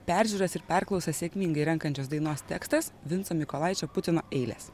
peržiūras ir perklausas sėkmingai renkančios dainos tekstas vinco mykolaičio putino eilės